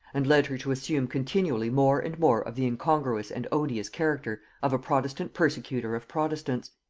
and led her to assume continually more and more of the incongruous and odious character of a protestant persecutor of protestants.